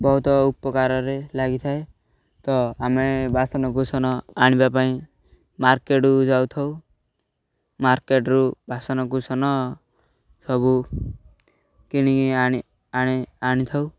ବହୁତ ଉପକାରରେ ଲାଗିଥାଏ ତ ଆମେ ବାସନକୁୁସନ ଆଣିବା ପାଇଁ ମାର୍କେଟ୍କୁ ଯାଉଥାଉ ମାର୍କେଟ୍ରୁ ବାସନକୁୁସନ ସବୁ କିଣିକି ଆଣି ଆଣି ଆଣିଥାଉ